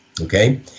okay